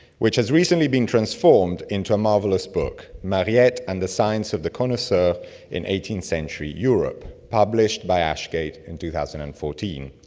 which has recently been transformed into a marvelous book, mariette and the science of the connoisseur in eighteenth century europe, published by ashgate in two thousand and fourteen.